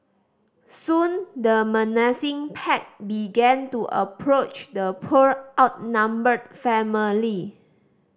soon the menacing pack began to approach the poor outnumbered family